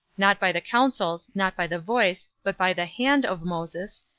not by the counsels, not by the voice, but by the hand of moses,